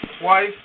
twice